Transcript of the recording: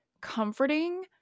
comforting